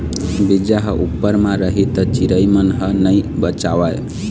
बीजा ह उप्पर म रही त चिरई मन ह नइ बचावय